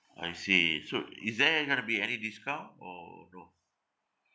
I see so is there going to be any discount or no